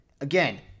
Again